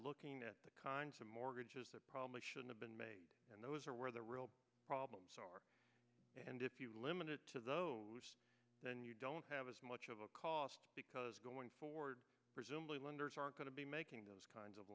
looking at the kinds of mortgages that probably should have been made and those are where the real problems are and if you limited to those then you don't have as much of a cost because going forward presumably lenders aren't going to be making those kinds of